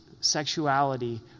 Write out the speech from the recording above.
sexuality